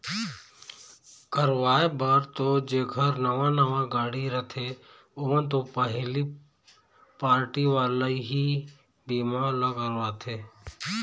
करवाय बर तो जेखर नवा नवा गाड़ी रथे ओमन तो पहिली पारटी वाले ही बीमा ल करवाथे